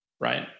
right